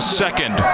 second